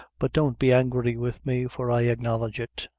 but don't be angry with me, for i acknowledge it.